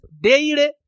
daily